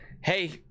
hey